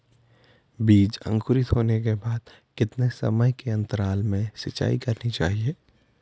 बीज अंकुरित होने के बाद कितने समय के अंतराल में सिंचाई करनी चाहिए?